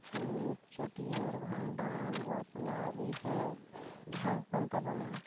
ᱪᱷᱩᱛ ᱪᱷᱟᱹᱴᱭᱟᱹᱨ ᱵᱷᱟᱸᱰᱟᱱ ᱵᱟᱯᱞᱟ ᱵᱤᱦᱟᱹ ᱡᱟᱦᱟᱸ ᱠᱚ ᱠᱟᱱ ᱛᱟᱵᱚᱱᱟ